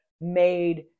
made